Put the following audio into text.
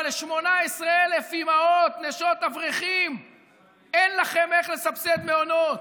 אבל ל-18,000 אימהות נשות אברכים אין לכם איך לסבסד מעונות.